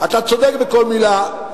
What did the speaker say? אתה צודק בכל מלה,